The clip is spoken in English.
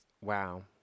wow